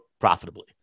profitably